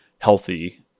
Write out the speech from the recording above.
healthy